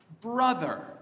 brother